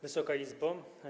Wysoka Izbo!